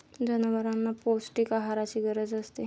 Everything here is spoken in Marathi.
जनावरांना पौष्टिक आहाराची गरज असते